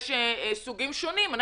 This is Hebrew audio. יש סוגים שונים,